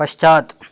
पश्चात्